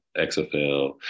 XFL